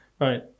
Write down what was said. right